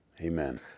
Amen